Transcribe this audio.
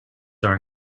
are